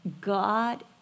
God